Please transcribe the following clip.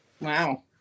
Wow